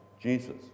Jesus